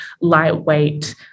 lightweight